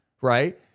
right